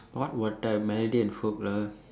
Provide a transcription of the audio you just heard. what water melody and folk lah